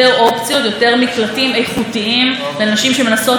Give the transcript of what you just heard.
יחסים פוגענית שמאיימת על חייהן וחיי ילדיהן,